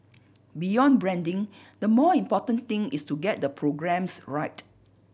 beyond branding the more important thing is to get the programmes right